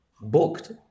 booked